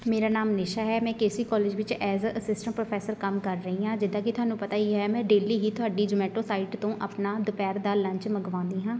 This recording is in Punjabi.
ਮੇਰਾ ਨਾਮ ਨਿਸ਼ਾ ਹੈ ਮੈਂ ਕੇ ਸੀ ਕਾਲਜ ਵਿੱਚ ਐਜ਼ ਆ ਅਸਿਸਟੈਂਟ ਪ੍ਰੋਫੈਸਰ ਕੰਮ ਕਰ ਰਹੀ ਹਾਂ ਜਿੱਦਾਂ ਕਿ ਤੁਹਾਨੂੰ ਪਤਾ ਹੀ ਹੈ ਮੈਂ ਡੇਲੀ ਹੀ ਤੁਹਾਡੀ ਜਮੈਟੋ ਸਾਈਟ ਤੋਂ ਆਪਣਾ ਦੁਪਹਿਰ ਦਾ ਲੰਚ ਮੰਗਵਾਉਂਦੀ ਹਾਂ